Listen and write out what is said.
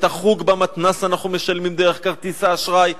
את החוג במתנ"ס אנחנו משלמים דרך כרטיס האשראי.